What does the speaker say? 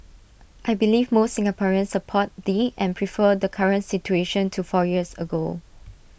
I believe most Singaporeans support the and prefer the current situation to four years ago